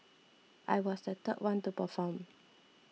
I was the third one to perform